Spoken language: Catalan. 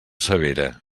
severa